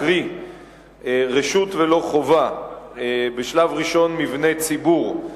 קרי רשות ולא חובה, בשלב ראשון מבני ציבור,